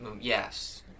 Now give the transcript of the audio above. Yes